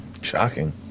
Shocking